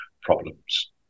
problems